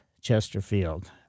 Chesterfield